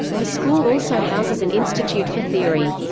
the school also houses an institute for theory.